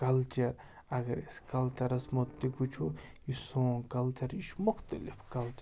culture اگر أسۍ کَلچَرَس مُتعلِق وٕچھو یہِ سون کَلچَر یہِ چھُ مُختلِف کَلچَر